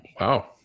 Wow